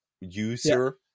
user